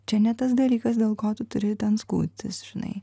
čia ne tas dalykas dėl ko tu turi ten skųstis žinai